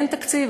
אין תקציב.